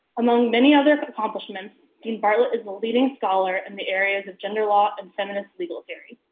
among many other accomplishments, dean bartlett is a leading scholar in the areas of gender law and feminist legal theory.